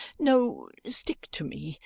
no, stick to me,